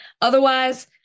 Otherwise